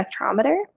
spectrometer